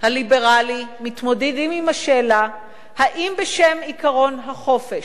הליברלי, מתמודדים עם השאלה אם בשם עקרון החופש,